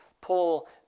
Paul